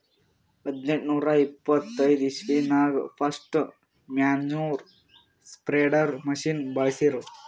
ಹದ್ನೆಂಟನೂರಾ ಎಪ್ಪತೈದ್ ಇಸ್ವಿದಾಗ್ ಫಸ್ಟ್ ಮ್ಯಾನ್ಯೂರ್ ಸ್ಪ್ರೆಡರ್ ಮಷಿನ್ ಬಳ್ಸಿರು